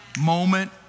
moment